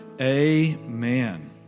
Amen